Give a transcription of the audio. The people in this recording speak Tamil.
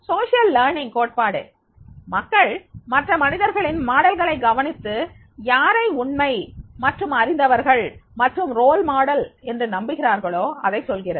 சமூக கற்றல் கோட்பாடு மக்கள் மற்ற மனிதர்களின் மாதிரிகளை கவனித்து யாரை உண்மை மற்றும் அறிந்தவர்கள் மற்றும் முன்மாதிரி என்று நம்புகிறார்களோ அதை வலியுறுத்துகிறது